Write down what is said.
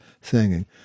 singing